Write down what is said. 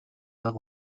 бага